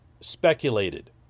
speculated